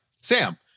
Sam